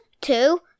two